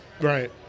right